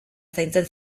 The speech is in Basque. zaintzen